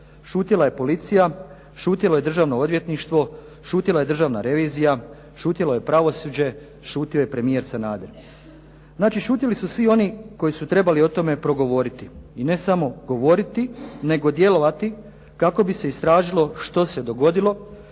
šutjela je policija, šutjelo je državno odvjetništvo, šutjela je državna revizija, šutjelo je pravosuđe, šutio je premijer Sanader. Znači šutjeli su svi oni koji su trebali o tome progovoriti i ne samo govoriti nego djelovati kako bi se istražilo što se dogodilo,